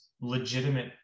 legitimate